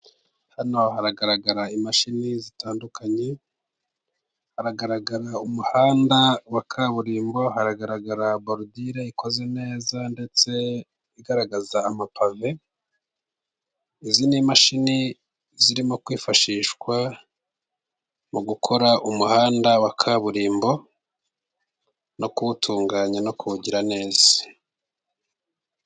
Hano haragaragara imashini zitandukanye, hagaragara umuhanda wa kaburimbo, hagaragara barudire ikoze neza ndetse igaragaza ama pave, izi ni imashini zirimo kwifashishwa mu gukora umuhanda wa kaburimbo no kuwutunganya, no kuwu kugira neza.